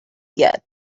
yet